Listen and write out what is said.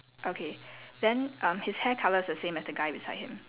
okay then um his hair colour is the same as the guy beside him